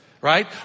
Right